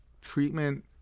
treatment